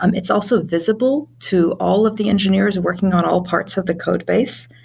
um it's also visible to all of the engineers working on all parts of the codebase.